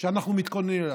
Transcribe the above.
שאנחנו מתכוננים אליו.